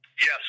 Yes